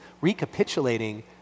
recapitulating